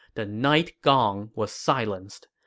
the night gong was silenced.